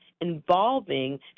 involving